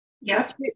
Yes